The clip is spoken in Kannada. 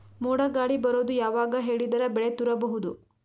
ಮೋಡ ಗಾಳಿ ಬರೋದು ಯಾವಾಗ ಹೇಳಿದರ ಬೆಳೆ ತುರಬಹುದು?